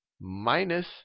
minus